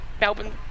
Melbourne